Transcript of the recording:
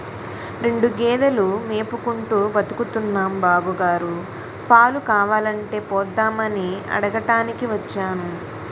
రెండు గేదెలు మేపుకుంటూ బతుకుతున్నాం బాబుగారు, పాలు కావాలంటే పోద్దామని అడగటానికి వచ్చాను